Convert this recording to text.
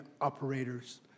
operators